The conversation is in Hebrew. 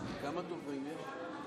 כמה דוברים יש?